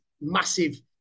massive